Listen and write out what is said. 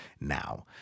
now